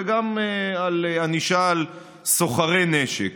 וגם ענישה על סוחרי נשק.